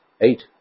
eight